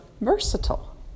versatile